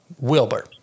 Wilbur